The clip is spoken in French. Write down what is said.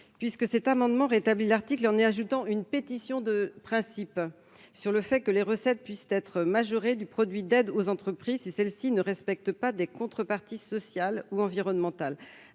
puisque cet amendement rétablit l'article en se fondant sur une pétition de principe selon laquelle les recettes pourraient être majorées du produit d'aides aux entreprises si celles-ci ne respectent pas des contreparties sociales ou environnementales.